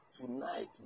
Tonight